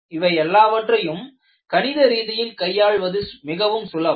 இவை எல்லாவற்றையும் கணித ரீதியில் கையாள்வது மிகவும் சுலபம்